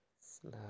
slow